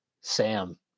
Sam